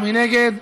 מי נגד?